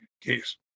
case